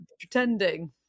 pretending